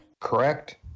Correct